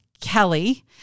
Kelly